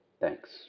Thanks